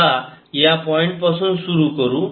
चला या पॉईंट पासून सुरु करू